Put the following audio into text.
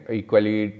equally